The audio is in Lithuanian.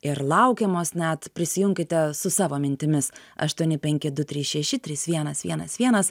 ir laukiamos net prisijunkite su savo mintimis aštuoni penki du trys šeši trys vienas vienas vienas